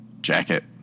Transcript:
jacket